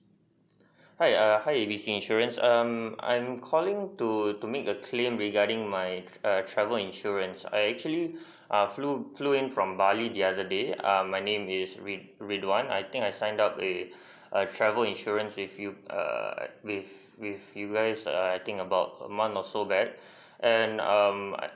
hi err hi A B C insurance um I'm calling to to make a claim regarding my err travel insurance I actually err flew flew from bali the other day um my name is rid~ ridwan I think I signed up with a travel insurance with you err with with you guys I think about a month or so that and um